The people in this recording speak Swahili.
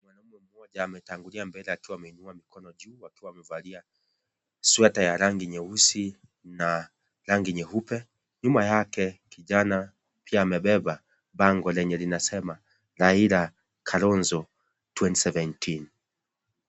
Mmoja ametangulia mbele akiwa ameinua mikono juu akiwa amevalia sweta ya rangi nyeusi na rangi nyeupe nyuma yake kijana pia amebeba bango linalosema Raila Kalonzo 2017.